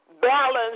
Balance